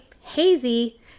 hazy